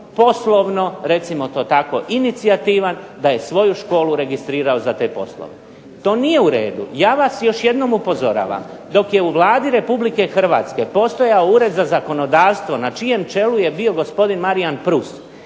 poslovno, recimo to tako inicijativan da je svoju školu registrirao za te poslove. To nije u redu. Ja vas još jednom upozoravam, dok je u Vladi Republike Hrvatske postojao Ured za zakonodavstvo na čijem čelu je bio gospodin Marijan Prus,